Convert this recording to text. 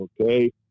Okay